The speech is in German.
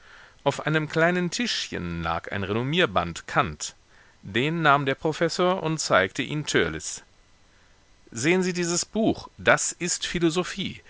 auf einem kleinen tischchen lag ein renommierband kant den nahm der professor und zeigte ihn törleß sehen sie dieses buch das ist philosophie